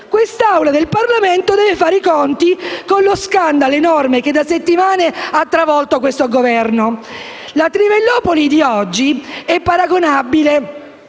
quest'Aula del Parlamento deve fare i conti con lo scandalo enorme che da settimane ha travolto il Governo. La Trivellopoli di oggi è paragonabile